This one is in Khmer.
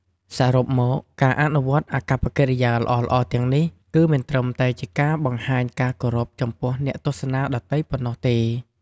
សរុបមក ការអនុវត្តអាកប្បកិរិយាល្អៗទាំងនេះ គឺមិនត្រឹមតែជាការបង្ហាញការគោរពចំពោះអ្នកទស្សនាដទៃប៉ុណ្ណោះទេ។